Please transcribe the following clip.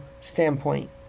standpoint